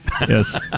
Yes